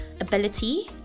ability